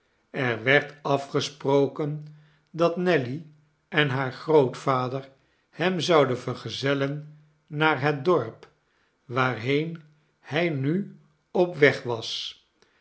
er werd afgesproken dat nelly en haar grootvader hem zouden vergezellen naar het dorp waarheen hij nu op weg was